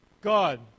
God